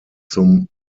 zum